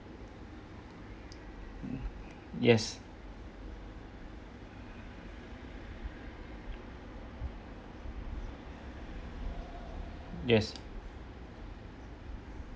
yes yes